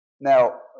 Now